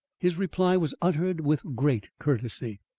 his reply was uttered with great courtesy.